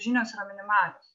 žinios yra minimalios